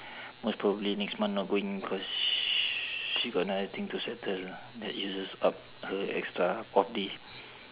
most probably next month not going cause she got another thing to settle that uses up her extra off day